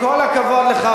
עם כל הכבוד לך,